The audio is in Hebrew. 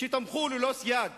שתמכו ללא סייג